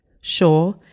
Sure